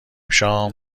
شام